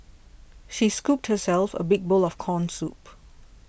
she scooped herself a big bowl of Corn Soup